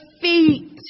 feet